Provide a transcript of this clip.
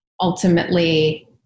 ultimately